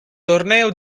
torneo